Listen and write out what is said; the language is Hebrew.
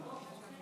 לא.